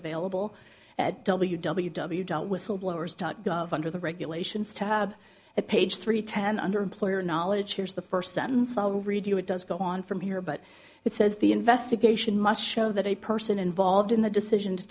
available at w w w dot whistleblower's dot gov under the regulations to have at page three ten under employer knowledge here's the first sentence i will read you it does go on from here but it says the investigation must show that a person involved in the decision to